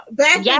back